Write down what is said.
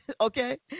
Okay